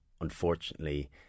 Unfortunately